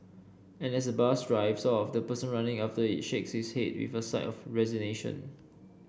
and as the bus drives off the person running after it shakes his head with a sigh of resignation